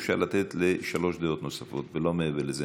אפשר לתת שלוש דעות נוספות ולא מעבר לזה.